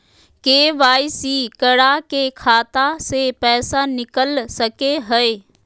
KYC करा के खाता से पैसा निकल सके हय?